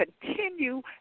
continue